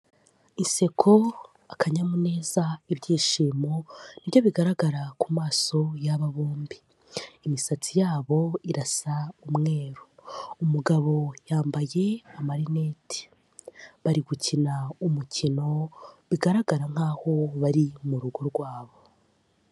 Inseko, akanyamuneza, ibyishimo, ni byo bigaragara ku maso y'aba bombi. Imisatsi yabo irasa umweru. Umugabo yambaye amarineti. Bari gukina umukino, bigaragara nkaho bari mu rugo rwabo.